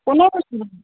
কোনে